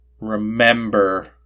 remember